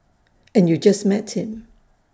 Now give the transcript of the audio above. and you just met him